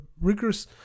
rigorous